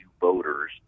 voters